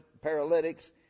paralytics